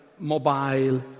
mobile